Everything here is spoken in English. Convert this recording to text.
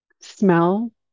Smell